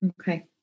Okay